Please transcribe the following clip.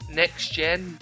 next-gen